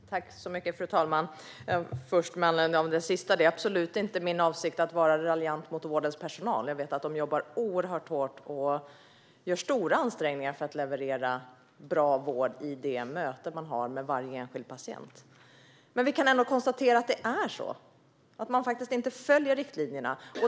Fru talman! Jag vill först säga något med anledning av det sista Anna-Lena Sörenson nämnde. Det är absolut inte min avsikt att vara raljant mot vårdens personal; jag vet att de jobbar oerhört hårt och gör stora ansträngningar för att leverera bra vård i de möten de har med varje enskild patient. Vi kan dock ändå konstatera att riktlinjerna faktiskt inte följs.